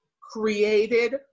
created